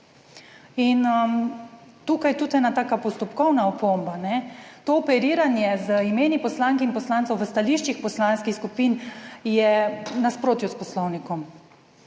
tukaj je tudi ena taka postopkovna opomba, to operiranje z imeni poslank in poslancev v stališčih poslanskih skupin je v nasprotju s Poslovnikom,